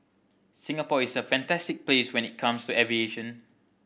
Singapore is a fantastic place when it comes to aviation